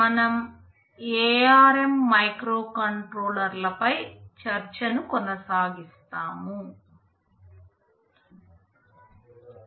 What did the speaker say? మనం ARM మైక్రోకంట్రోలర్లపై చర్చను కొనసాగిస్తాం